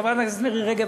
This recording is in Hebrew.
חברת הכנסת מירי רגב,